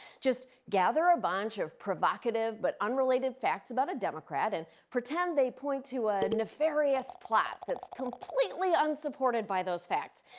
just gather a bunch of provocative but unrelated facts about a democrat and pretend they point to a nefarious plot that's completely unsupported by those facts.